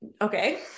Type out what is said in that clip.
Okay